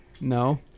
No